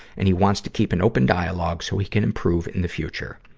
and he wants to keep an open dialogue so he can improve in the future.